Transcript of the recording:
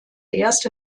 erste